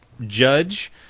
judge